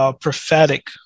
prophetic